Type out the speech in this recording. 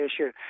issue